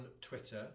Twitter